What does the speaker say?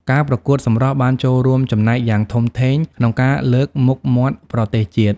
ការប្រកួតសម្រស់បានចូលរួមចំណែកយ៉ាងធំធេងក្នុងការលើកមុខមាត់ប្រទេសជាតិ។